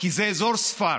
כי זה אזור ספר.